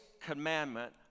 commandment